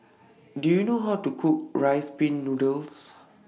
Do YOU know How to Cook Rice Pin Noodles